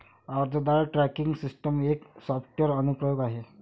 अर्जदार tracking system एक software अनुप्रयोग आहे